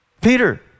Peter